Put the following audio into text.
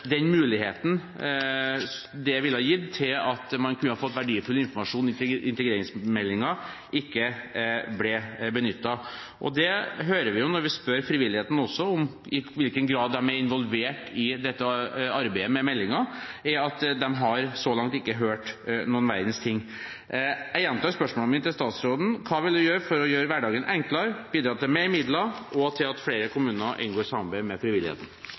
den muligheten det ville gitt til at man kunne fått verdifull informasjon i integreringsmeldingen, ikke ble benyttet. Det vi også hører når vi spør frivilligheten om i hvilken grad de er involvert i dette arbeidet med meldingen, er at de så langt ikke har hørt noen verdens ting. Jeg gjentar spørsmålet mitt til statsråden: Hva vil hun gjøre for å gjøre hverdagen enklere, for å bidra til mer midler og for at flere kommuner inngår samarbeid med frivilligheten?